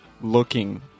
looking